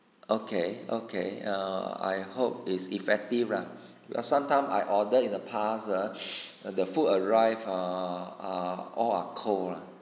okay okay uh I hope is effective lah because sometime I order in the past ah the food arrived uh uh all are cold lah